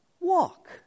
walk